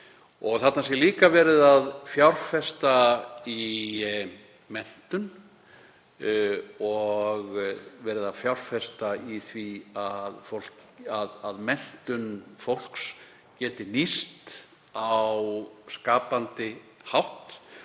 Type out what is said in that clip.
Þarna sé líka verið að fjárfesta í menntun og fjárfesta í því að menntun fólks geti nýst á skapandi hátt